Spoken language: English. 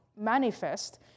manifest